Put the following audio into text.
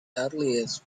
earliest